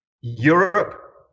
europe